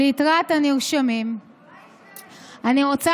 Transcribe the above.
תספרי לנו.